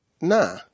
Nah